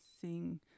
sing